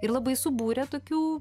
ir labai subūrė tokių